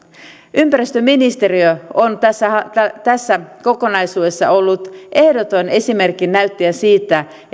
ympäristöministeriö on tässä kokonaisuudessa ollut ehdoton esimerkinnäyttäjä siinä